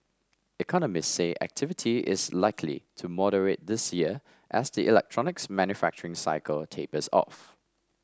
economists say activity is likely to moderate this year as the electronics manufacturing cycle tapers off